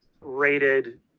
rated